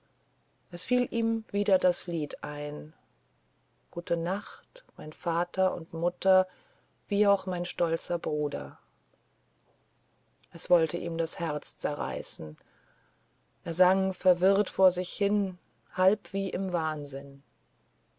es fiel ihm immer das lied ein gute nacht mein vater und mutter wie auch mein stolzer bruder es wollte ihm das herz zerreißen er sang verwirrt vor sich hin halb wie im wahnsinn